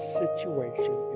situation